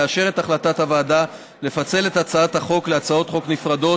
לאשר את החלטת הוועדה לפצל את הצעת החוק להצעות חוק נפרדות,